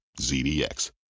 ZDX